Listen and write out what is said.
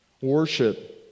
Worship